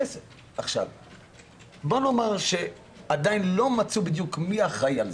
במקום שבו משרד המשפטים מפרסם מתווה שאינו מחייב עם קשיים ביישום